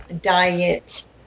diet